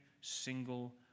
single